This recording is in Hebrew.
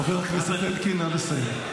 חבר הכנסת אלקין, נא לסיים.